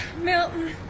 Milton